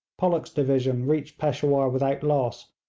pollock's division reached peshawur without loss,